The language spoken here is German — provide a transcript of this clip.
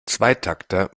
zweitakter